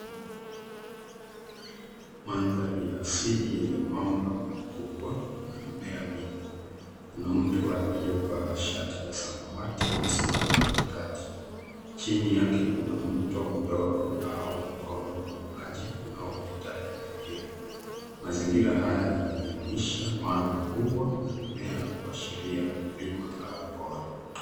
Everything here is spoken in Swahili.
Mandhari ya asili yenye mwamba mkubwa na mimea mingi. Kuna mtu aliye vaa shati la samawati amesimama katikati, chini yake kuna mto mdogo au mkondo wa maji unaopita eneo hilo. Mazingira haya yanajumuisha maana kubwa na mimea kuashiria milima au.